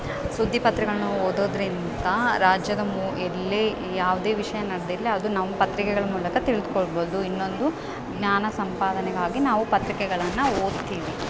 ಸುದ್ದಿಪತ್ರಿಕೆಗಳ್ನ ಓದೋದ್ರಿಂತ ರಾಜ್ಯದ ಮು ಎಲ್ಲೇ ಯಾವುದೇ ವಿಷಯ ನಡ್ದಿರಲಿ ಅದು ನಾವು ಪತ್ರಿಕೆಗಳ ಮೂಲಕ ತಿಳ್ದ್ಕೊಳ್ಬೋದು ಇನ್ನೊಂದು ಜ್ಞಾನ ಸಂಪಾದನೆಗಾಗಿ ನಾವು ಪತ್ರಿಕೆಗಳನ್ನ ಓದ್ತೀವಿ